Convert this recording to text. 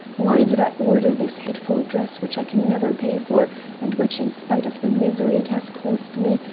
why did i order this hateful dress which i can never pay for and which, in spite of the misery it has caused me,